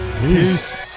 peace